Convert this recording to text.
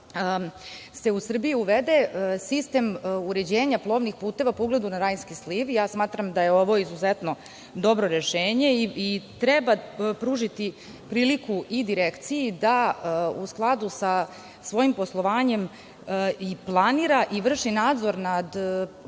se u Srbiji uvede sistem uređenja plovnih puteva po ugledu na Rajnski sliv. Ja smatram da je ovo izuzetno dobro rešenje i treba pružiti priliku i Direkciji da u skladu sa svojim poslovanjem i planira i vrši nadzor nad poslovima